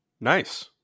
Nice